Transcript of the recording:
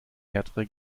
härtere